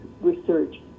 research